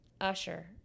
Usher